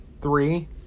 Three